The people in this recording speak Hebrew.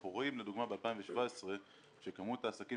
אנחנו רואים לדוגמה בשנת 2017 שכמות העסקים